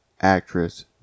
actress